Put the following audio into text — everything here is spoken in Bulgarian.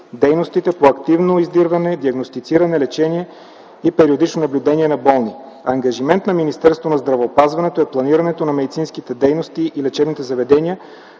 дейностите по активно издирване, диагностициране, лечение и периодично наблюдение на болни. Ангажимент на Министерството на здравеопазването е планирането на медицинските дейности и лечебните заведения,